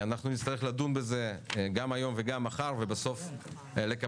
אנחנו נצטרך לדון בזה גם היום וגם מחר ובסוף לקבל